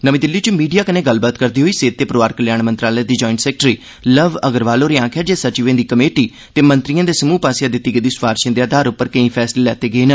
नमीं दिल्ली च मीडिया कन्नै गल्लबात करदे होई सेहत ते परोआर कल्याण मंत्रालय दे ज्वाईंट सैक्रेटरी लव अग्रवाल होरें आखेआ जे सचिवें दी कमेटी ते मंत्रिएं दे समूह पास्सेआ दित्ती गेदी सफारशें द आधार उप्पर केई फैसले लैते गे न